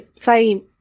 say